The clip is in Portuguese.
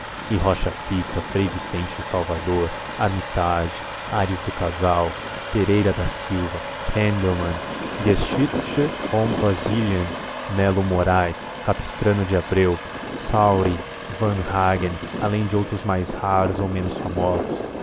e rocha pita frei vicente do salvador armitage aires do casal pereira da silva handelmann geschichte von brasilien melo moraes capistrano de abreu southey varnhagen além de outros mais raros ou menos famosos